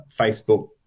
Facebook